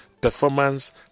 performance